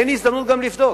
אין הזדמנות גם לבדוק.